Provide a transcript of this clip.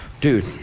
dude